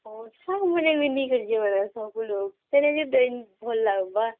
ଯିବାର ସବୁ ଲୋକ୍ ସେନ୍ ଯଦି ଭଲ ଲାଗିବ